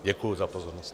Děkuju za pozornost.